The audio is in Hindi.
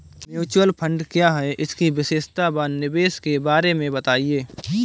म्यूचुअल फंड क्या है इसकी विशेषता व निवेश के बारे में बताइये?